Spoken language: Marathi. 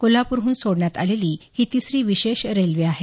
कोल्हापूरहून सोडण्यात आलेली ही तिसरी विशेष रेल्वे आहे